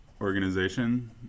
organization